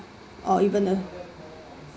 or even a